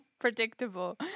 Predictable